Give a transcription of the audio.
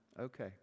okay